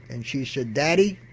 and she said daddy,